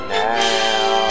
now